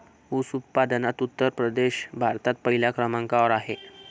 ऊस उत्पादनात उत्तर प्रदेश भारतात पहिल्या क्रमांकावर आहे